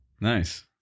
Nice